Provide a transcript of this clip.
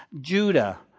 Judah